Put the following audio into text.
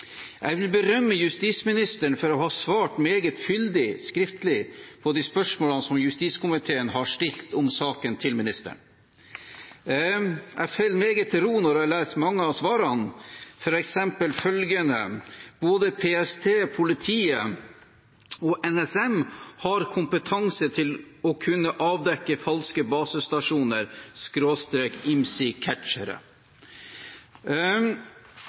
Jeg vil berømme justisministeren for å ha svart meget fyldig skriftlig på de spørsmålene som justiskomiteen har stilt om saken til ministeren. Jeg faller meget til ro når jeg leser mange av svarene, f.eks. følgende: «Både PST, politiet for øvrig og NSM har kompetanse til å kunne avdekke falske